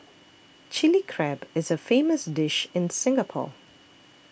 Chilli Crab is a famous dish in Singapore